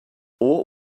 what